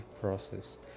process